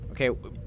okay